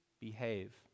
behave